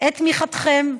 את תמיכתכם בחוק,